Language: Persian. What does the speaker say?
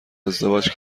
ازدواج